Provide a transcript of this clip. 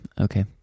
Okay